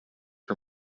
her